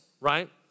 right